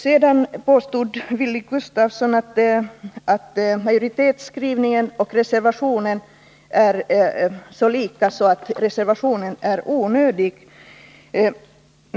Sedan påstod Wilhelm Gustafsson att majoritetsskrivningen och reservationen är så lika att reservationen är onödig.